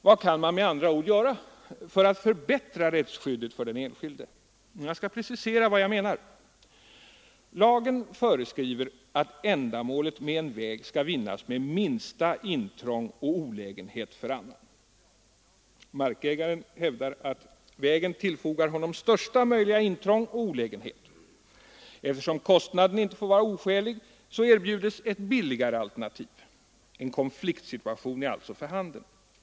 Vad kan man med andra ord göra för att förbättra rättsskyddet för den enskilde? Jag skall precisera vad jag menar. Lagen föreskriver att ändamålet med en väg skall vinnas med minsta intrång och olägenhet för annan. Markägaren hävdar att vägen tillfogar honom största möjliga intrång och olägenhet. Eftersom kostnaden inte får vara oskälig, erbjudes ett billigare alternativ. En konfliktsituation är alltså för handen.